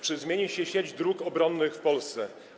Czy zmieni się sieć dróg obronnych w Polsce?